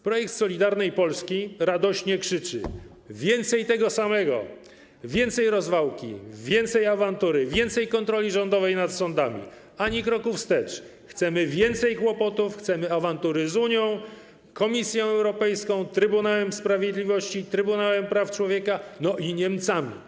Projekt Solidarnej Polski radośnie krzyczy: Więcej tego samego, więcej rozwałki, więcej awantury, więcej kontroli rządowej nad sądami, ani kroku wstecz, chcemy więcej kłopotów, chcemy awantury z Unią, Komisją Europejską, Trybunałem Sprawiedliwości, Trybunałem Praw Człowieka i Niemcami!